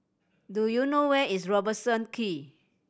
do you know where is Robertson Quay